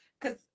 cause